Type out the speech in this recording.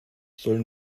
soll